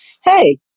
hey